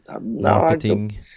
marketing